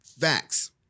Facts